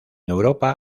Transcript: europa